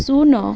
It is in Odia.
ଶୂନ